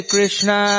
Krishna